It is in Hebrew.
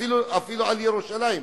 אפילו על ירושלים,